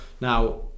Now